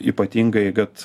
ypatingai gat